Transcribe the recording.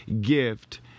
gift